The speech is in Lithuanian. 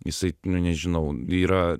jisai nu nežinau yra